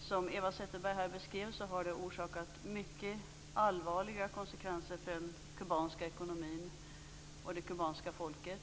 Som Eva Zetterberg beskrev har den medfört mycket allvarliga konsekvenser för den kubanska ekonomin och för det kubanska folket.